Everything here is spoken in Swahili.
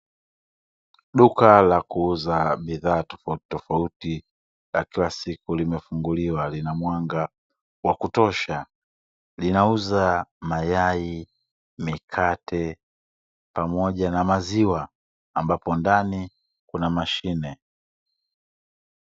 Duka la kuuza bidhaa tofautitofauti, za kila siku limefunguliwa likiwa na mwanga wa kutosha, linauza mayai, mikate pamoja na maziwa ambapo ndani kuna mashine.